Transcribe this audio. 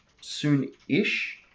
soon-ish